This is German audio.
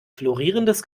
florierendes